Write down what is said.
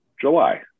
July